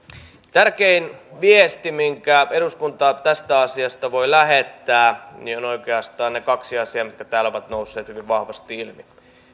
tärkein viesti minkä eduskunta tästä asiasta voi lähettää on oikeastaan ne kaksi asiaa mitkä täällä ovat nousseet hyvin vahvasti ilmi